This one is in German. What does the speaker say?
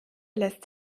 lässt